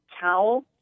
towel